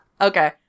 Okay